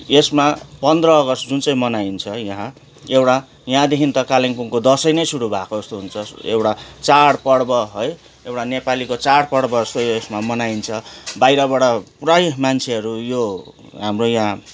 यसमा पन्ध्र अगस्त जुन चाहिँ मनाइन्छ यहाँ एउटा यहाँदेखि त कालिम्पोङको दसैँ नै सुरु भएको जस्तो हुन्छ एउटा चाडपर्व है एउटा नेपालीको चाडपर्व जस्तो यसमा मनाइन्छ बाहिरबाट पुरै मान्छेहरू यो हाम्रो यहाँ